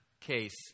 case